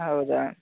ಹೌದಾ